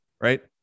right